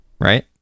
Right